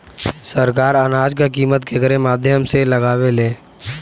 सरकार अनाज क कीमत केकरे माध्यम से लगावे ले?